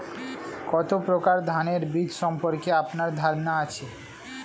কত প্রকার ধানের বীজ সম্পর্কে আপনার ধারণা আছে?